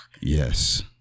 Yes